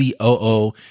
COO